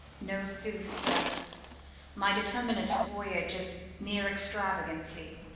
no, sooth, sir my determinate voyage is mere extravagancy.